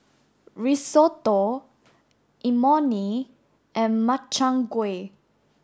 Risotto Imoni and Makchang gui